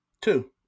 Two